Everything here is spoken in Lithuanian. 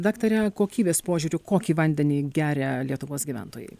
daktare kokybės požiūriu kokį vandenį geria lietuvos gyventojai